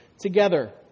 together